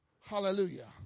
Hallelujah